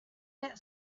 that